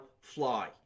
fly